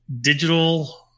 digital